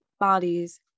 Bodies